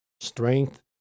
strength